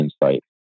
insight